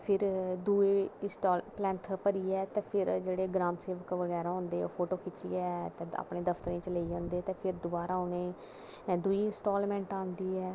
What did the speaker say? ते फिर दूई प्लैंथ भरियै जेह्ड़े ग्राम सेवक होंदे ओह् फोटो खिच्चियै अपने दफ्तरें च लेई जंदे ते दोबारा उनेंगी दूई इंस्टालमेंट आंदी ऐ